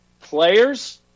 players